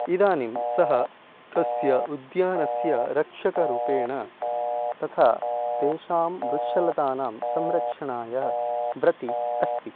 इदानीं सः तस्य उद्यानस्य रक्षकरूपेण तथा तेषां वृक्षलतानां संरक्षणाय वृतिः अस्ति